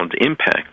impact